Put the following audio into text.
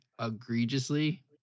egregiously